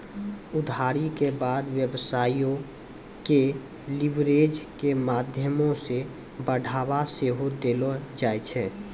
उधारी के द्वारा व्यवसायो के लीवरेज के माध्यमो से बढ़ाबा सेहो देलो जाय छै